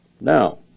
Now